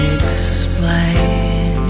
explain